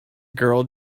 girl